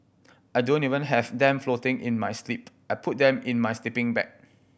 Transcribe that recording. I don't even have them floating in my sleep I put them in my sleeping bag